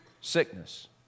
sickness